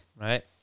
right